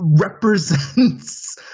represents